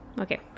Okay